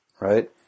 right